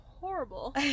horrible